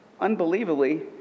unbelievably